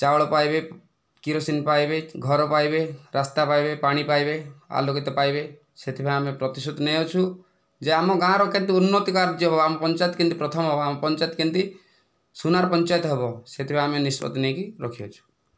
ଚାଉଳ ପାଇବେ କିରୋସିନ ପାଇବେ ଘର ପାଇବେ ରାସ୍ତା ପାଇବେ ପାଣି ପାଇବେ ଆଲୋକିତ ପାଇବେ ସେଥିପାଇଁ ଆମେ ପ୍ରତିଶ୍ରୁତି ନେଇଅଛୁ ଯେ ଆମ ଗାଁର କେମିତି ଉନ୍ନତି କାର୍ଯ୍ୟ ହେବ ଆମ ପଞ୍ଚାୟତ କେମିତି ପ୍ରଥମ ହେବ ଆମ ପଞ୍ଚାୟତ କେମିତି ସୁନାର ପଞ୍ଚାୟତ ହେବ ସେଥିପାଇଁ ଆମେ ନିଷ୍ପତ୍ତି ନେଇକି ରଖିଅଛୁ